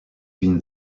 been